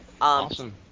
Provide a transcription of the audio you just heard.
Awesome